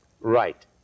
Right